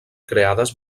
creades